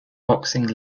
boxing